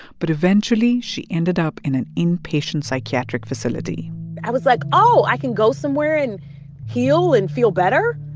but eventually, she ended up in an inpatient psychiatric facility i was like, oh, i can go somewhere and heal and feel better.